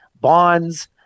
bonds